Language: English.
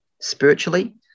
spiritually